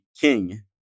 king